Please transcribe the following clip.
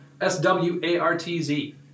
S-W-A-R-T-Z